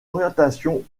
orientation